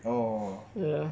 orh